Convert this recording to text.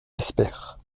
espère